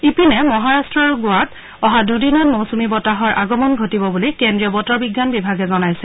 ইপিনে মহাৰাট্ট আৰু গোৱাত অহা দুদিনত মৌচুমী বতাহৰ আগমন ঘটিব বুলি কেন্দ্ৰীয় বতৰ বিজ্ঞান বিভাগে জনাইছে